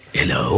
Hello